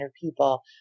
people